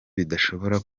bidashobora